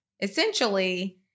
essentially